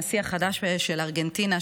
הנשיא החדש של ארגנטינה,